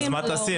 אז מה תעשי?